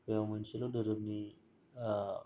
बेयाव मोनसेल' दोहोरोमनि